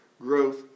growth